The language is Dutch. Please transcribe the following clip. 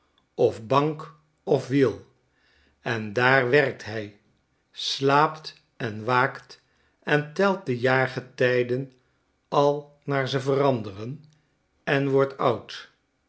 of bank of wiel endaar werkthi slaapt en waakt en telt de jaargetijden al naar ze veranderen en wordt oud